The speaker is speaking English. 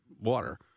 water